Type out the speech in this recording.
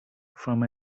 from